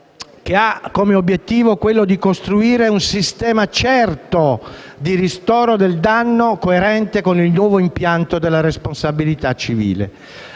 con l'obiettivo di costruire un sistema certo di ristoro del danno, coerente con il nuovo impianto della responsabilità civile.